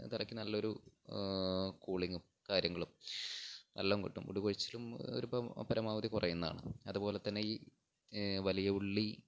തലയ്ക്ക് നല്ലയൊരു കൂളിങ്ങും കാര്യങ്ങളും എല്ലാം കിട്ടും മുടികൊഴിച്ചിലും ഒരു പരമാവധി കുറയുന്നതാണ് അതുപോലെ തന്നെ ഈ വലിയ ഉള്ളി